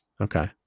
Okay